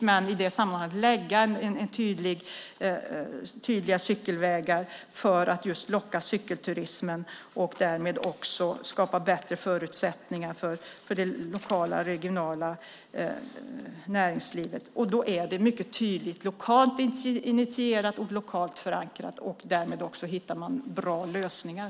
Det handlar om att lägga tydliga cykelvägar just för att locka till cykelturism och därmed skapa bättre förutsättningar för det lokala och det regionala näringslivet. Då är det mycket tydligt lokalt initierat och lokalt förankrat. Därmed hittar man också bra lösningar.